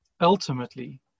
ultimately